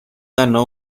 ganó